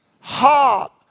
heart